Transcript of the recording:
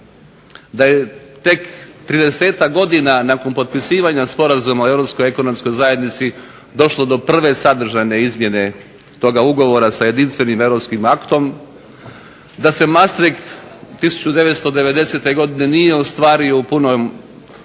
da je tek 30-tak godina nakon potpisivanja Sporazuma o Europskoj ekonomskoj zajednici došlo do prve sadržajne izmjene toga ugovora sa jedinstvenim europskim aktom, da se Maastricht 1990. godine nije ostvario u punom